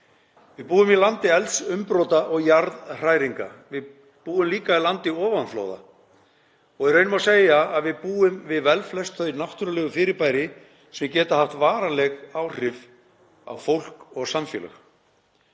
Við búum í landi eldsumbrota og jarðhræringa, við búum líka í landi ofanflóða og í raun má segja að við búum við velflest þau náttúrulegu fyrirbæri sem geta haft varanleg áhrif á fólk og samfélög.